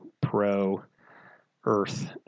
pro-Earth